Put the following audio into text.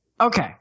Okay